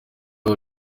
aho